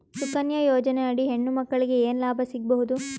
ಸುಕನ್ಯಾ ಯೋಜನೆ ಅಡಿ ಹೆಣ್ಣು ಮಕ್ಕಳಿಗೆ ಏನ ಲಾಭ ಸಿಗಬಹುದು?